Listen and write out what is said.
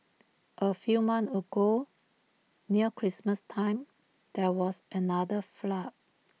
A few months ago near Christmas time there was another flood